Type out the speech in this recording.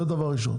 זה דבר ראשון.